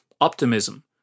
optimism